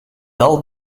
dal